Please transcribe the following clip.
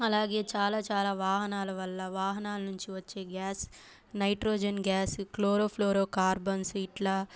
అలాగే చాలా చాలా వాహనాల వల్ల వాహనాల నుంచి వచ్చే gas nitrogen gas chlorofluorocarbons ఇట్లా